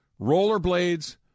rollerblades